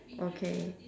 okay